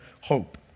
hope